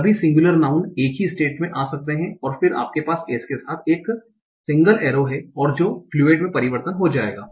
सभी singular noun एक ही स्टेट में आ सकते हैं और फिर आपके पास s के साथ एक सिंगल एरो है और जो फ्लूएड में परिवर्तित हो जाएगा